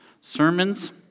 sermons